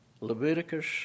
Leviticus